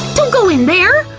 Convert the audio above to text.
don't go in there!